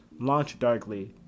LaunchDarkly